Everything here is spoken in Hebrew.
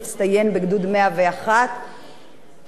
שבעברו היה נער בסיכון.